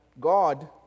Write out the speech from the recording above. God